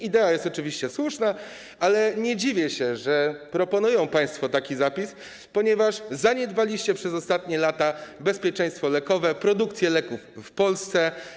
Idea jest oczywiście słuszna, ale nie dziwię się, że proponują państwo taki zapis, ponieważ zaniedbaliście przez ostatnie lata bezpieczeństwo lekowe, produkcję leków w Polsce.